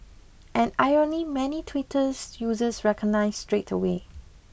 an irony many Twitter's users recognised straight away